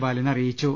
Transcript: ബാലൻ അറിയിച്ചു